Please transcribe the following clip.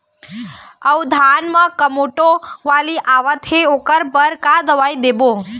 अऊ धान म कोमटो बाली आवत हे ओकर बर का दवई देबो?